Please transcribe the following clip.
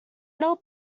not